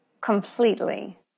completely